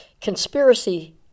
conspiracy